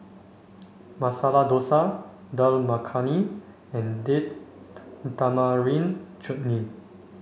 Masala Dosa Dal Makhani and Date Tamarind Chutney